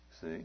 See